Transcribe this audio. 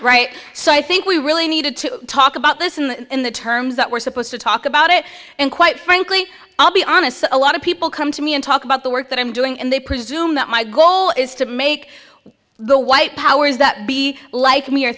right so i think we really needed to talk about this in the terms that we're supposed to talk about it and quite frankly i'll be honest a lot of people come to me and talk about the work that i'm doing and they presume that my goal is to make the white powers that be like me or